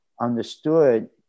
understood